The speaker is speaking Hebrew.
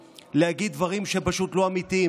להגיד דברים שהם פשוט לא אמיתיים,